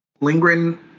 Lindgren